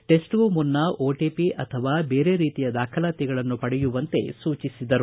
test ಗು ಮುನ್ನ OTP ಅಥವಾ ಬೇರೆ ರೀತಿಯ ದಾಖಲಾತಿಗಳನ್ನು ಪಡೆಯುವಂತೆ ಸೂಚಿಸಿದರು